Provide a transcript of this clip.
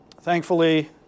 Thankfully